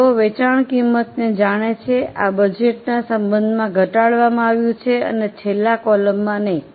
તેઓ વેચાણ કિંમતને જાણે છે આ બજેટના સંબંધમાં ઘટાડવામાં આવ્યું છે અને છેલ્લા કૉલમમાં નહીં